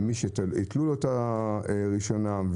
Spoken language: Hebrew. ומי שהתלו את רישיונם,